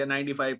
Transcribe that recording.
95